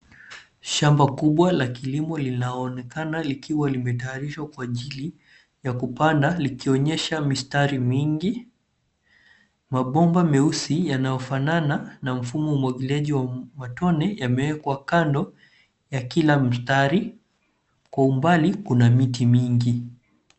Shamba kubwa la kilimo linaonekana likiwa limetayarishwa kwa ajili ya kupanda likionyesha mistari mingi. Mabomba meusi yanayofanana na mfumo wa umwailiaji wa matone yamewekwa kando ya kila mstari, kwa umbali kuna miti mingi.